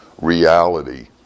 reality